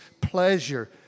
pleasure